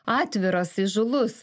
atviras įžūlus